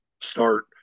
start